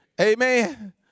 Amen